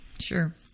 Sure